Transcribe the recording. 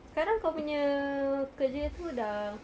sekarang kau punya kerja tu dah